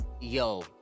Yo